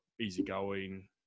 easygoing